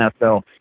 NFL